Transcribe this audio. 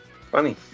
Funny